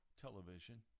television